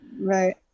Right